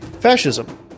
Fascism